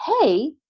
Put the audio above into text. hey